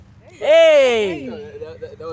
Hey